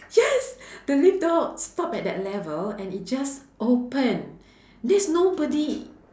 yes the lift door stop at that level and it just open there's nobody